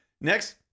next